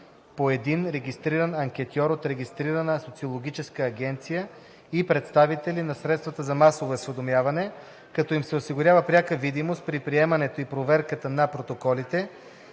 по един регистриран анкетьор от регистрирана социологическа агенция и представители на средствата за масово осведомяване, като им се осигурява пряка видимост при приемането и проверката на протоколите,